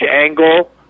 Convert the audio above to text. angle